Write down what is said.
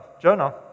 Jonah